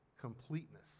completeness